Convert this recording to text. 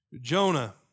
Jonah